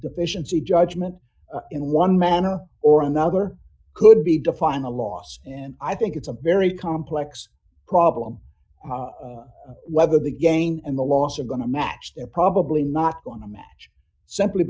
deficiency judgment in one manner or another could be defining the loss and i think it's a very complex problem whether the gang and the last are going to match they're probably not going to match simply